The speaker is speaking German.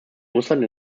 russland